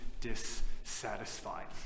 dissatisfied